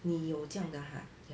你有这样的 ha